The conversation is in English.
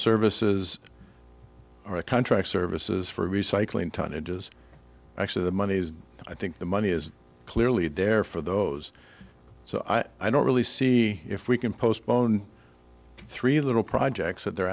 services or a contract services for recycling tonnages actually the money is i think the money is clearly there for those so i don't really see if we can postpone three little projects that they're